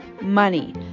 money